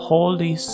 Holy